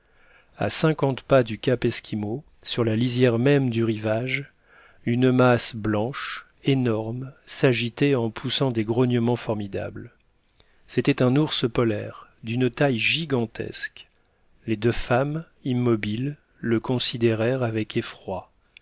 à cinquante pas du cap esquimau sur la lisière même du rivage une masse blanche énorme s'agitait en poussant des grognements formidables c'était un ours polaire d'une taille gigantesque les deux femmes immobiles le considérèrent avec effroi